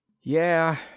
Yeah